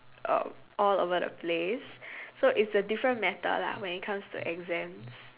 um all over the place so it's a different matter lah when it come to exams